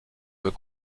veux